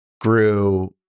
grew